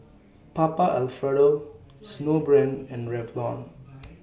Papa Alfredo Snowbrand and Revlon